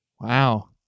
Wow